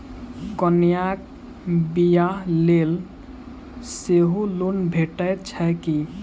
कन्याक बियाह लेल सेहो लोन भेटैत छैक की?